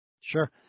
Sure